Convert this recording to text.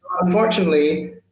Unfortunately